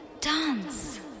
dance